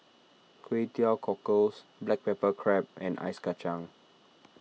Kway Teow Cockles Black Pepper Crab and Ice Kacang